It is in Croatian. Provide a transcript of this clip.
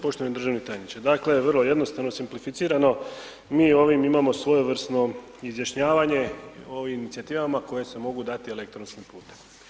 Poštovani državni tajniče, dakle vrlo jednostavno, simplificirano, mi ovim imamo svojevrsno izjašnjavanje o ovim inicijativama koje se mogu dati elektronskim putem.